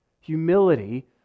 Humility